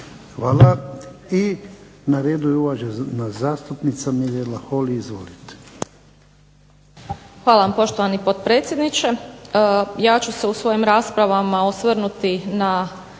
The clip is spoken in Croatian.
Hvala. I na redu je uvažena zastupnica Mrela Holy. Izvolite. **Holy, Mirela (SDP)** Hvala vam poštovani potpredsjedniče. Ja ću se u svojim raspravama osvrnuti na